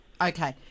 Okay